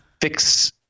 fix